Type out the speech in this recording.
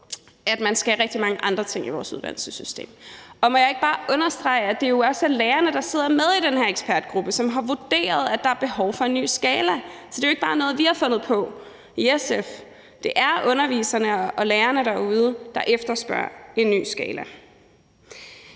at de skal rigtig mange andre ting i vores uddannelsessystem. Må jeg ikke bare understrege, at det jo også er lærerne, der sidder med i den her ekspertgruppe, som har vurderet, at der er behov for en ny skala? Så det er jo ikke bare noget, vi har fundet på i SF. Det er underviserne og lærerne derude, der efterspørger en ny skala.